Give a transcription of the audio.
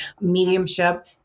mediumship